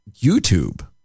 YouTube